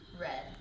Red